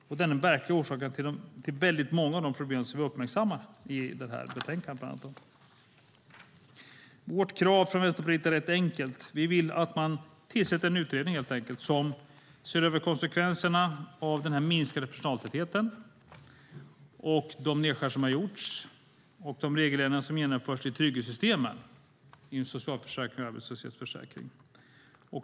Det är den verkliga orsaken till många av de problem vi uppmärksammar i betänkandet. Vänsterpartiets krav är enkelt. Vi vill att regeringen tillsätter en utredning som ser över konsekvenserna av den minskade personaltätheten, de nedskärningar som har skett och de regeländringar som har genomförts i trygghetssystemen, det vill säga socialförsäkringen och arbetslöshetsförsäkringen.